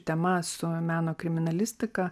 tema su meno kriminalistika